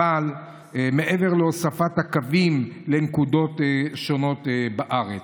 מעבר להוספת הקווים לנקודות שונות בארץ.